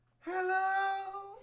Hello